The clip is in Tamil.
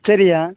சரிய்யா